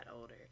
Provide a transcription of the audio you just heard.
older